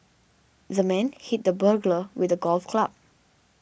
the man hit the burglar with a golf club